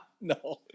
No